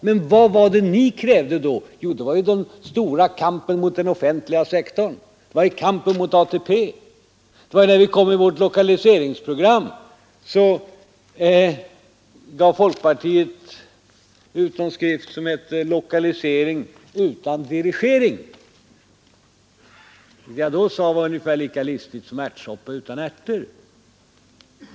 Men vad var det ni krävde då? Det var ju den stora kampen mot den offentliga sektorn, kampen mot ATP. När vi kom med vårt lokaliseringsprogram, gav folkpartiet ut en skrift som hette ”Lokalisering utan dirigering”. Det man då sade var ungefär lika listigt som ärtsoppa utan ärter.